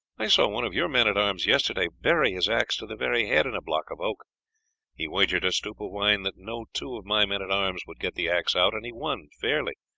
i saw one of your men-at-arms yesterday bury his axe to the very head in a block of oak he wagered a stoup of wine that no two of my men-at-arms would get the axe out, and he won fairly,